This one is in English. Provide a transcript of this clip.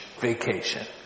vacation